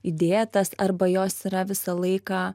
įdėtas arba jos yra visą laiką